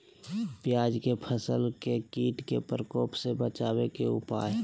प्याज के फसल के कीट के प्रकोप से बचावे के उपाय?